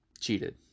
cheated